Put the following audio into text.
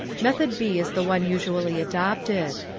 method b is the one usually adopted.